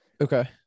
Okay